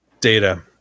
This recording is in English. data